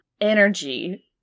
energy